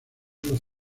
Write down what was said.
los